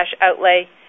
outlay